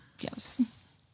Yes